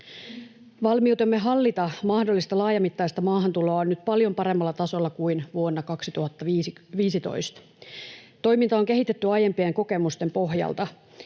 Valmiutemme hallita mahdollista laajamittaista maahantuloa on nyt paljon paremmalla tasolla kuin vuonna 2015. Toimintaa on kehitetty aiempien kokemusten pohjalta.